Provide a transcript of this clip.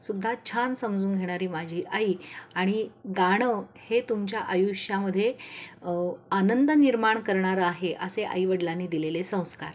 सुुद्धा छान समजून घेणारी माझी आई आणि गाणं हे तुमच्या आयुष्यामध्ये आनंद निर्माण करणारं आहे असे आई वडिलांनी दिलेले संस्कार